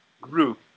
group